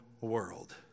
world